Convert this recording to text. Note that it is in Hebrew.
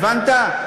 הבנת?